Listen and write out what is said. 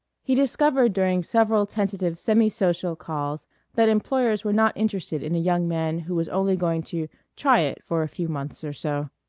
he discovered during several tentative semi-social calls that employers were not interested in a young man who was only going to try it for a few months or so.